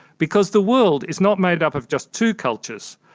because the world is not made up of just two cultures,